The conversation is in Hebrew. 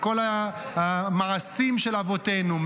מכל המעשים של אבותינו,